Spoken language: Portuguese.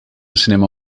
cinema